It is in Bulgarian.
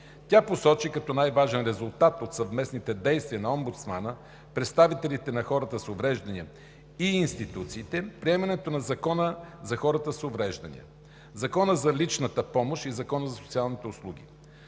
Тя посочи като най-важен резултат от съвместните действия на омбудсмана, представителите на хората с увреждания и институциите е приемането на Закона за хората с увреждания, Закона за личната помощ и Закона за социалните услуги.